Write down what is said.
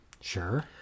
Sure